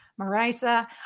Marisa